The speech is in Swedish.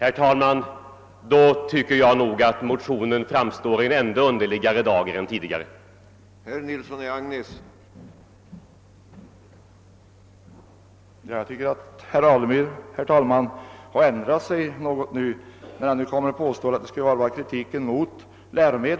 Jag tycker nog att motionen därmed framstår i en ännu underligare dager än den gjorde tidigare.